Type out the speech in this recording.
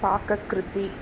पाककृतिः